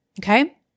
okay